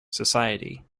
society